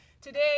today